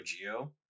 Geo